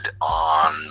on